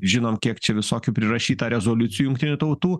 žinom kiek čia visokių prirašyta rezoliucijų jungtinių tautų